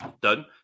done